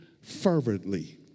fervently